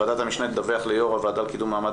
ועדת המשנה תדווח ליושב ראש הוועדה לקידום מעמד